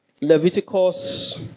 Leviticus